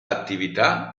attività